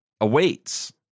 awaits